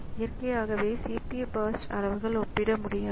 இயற்கையாகவே CPU burst அளவுகள் ஒப்பிடமுடியாது